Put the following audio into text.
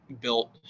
built